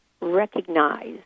recognize